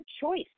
choice